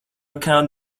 account